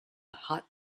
hot